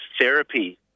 therapy